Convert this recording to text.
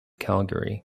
calgary